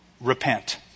Repent